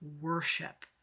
worship